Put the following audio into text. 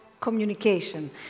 communication